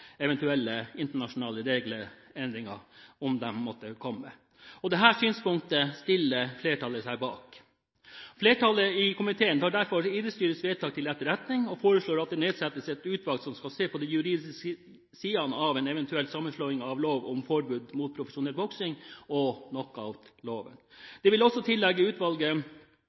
internasjonale regelendringer, om de måtte komme. Dette synspunktet stiller flertallet seg bak. Flertallet i komiteen tar derfor idrettsstyrets vedtak til etterretning, og foreslår at det nedsettes et utvalg som skal se på de juridiske sidene av en eventuell sammenslåing av lov om forbud mot profesjonell boksing og knockoutloven. De vil også tillegge utvalget